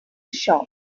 shop